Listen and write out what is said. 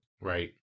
Right